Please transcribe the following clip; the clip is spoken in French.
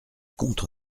contre